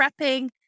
prepping